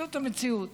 זאת המציאות.